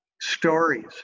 Stories